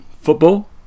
Football